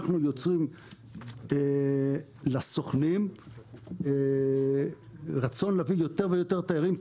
אנחנו יוצרים לסוכנים רצון להביא יותר ויותר תיירים,